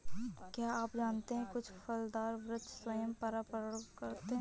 क्या आप जानते है कुछ फलदार वृक्ष स्वयं परागण कर सकते हैं?